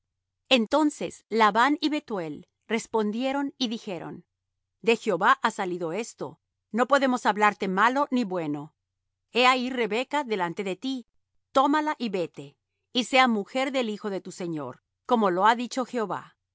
entonces labán y bethuel respondieron y dijeron de jehová ha salido esto no podemos hablarte malo ni bueno he ahí rebeca delante de ti tómala y vete y sea mujer del hijo de tu señor como lo ha dicho jehová